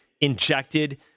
injected